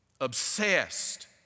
obsessed